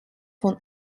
von